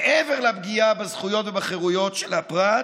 מעבר לפגיעה בזכויות ובחירויות של הפרט,